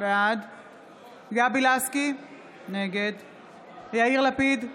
בעד גבי לסקי, נגד יאיר לפיד,